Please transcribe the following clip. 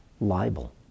libel